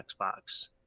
Xbox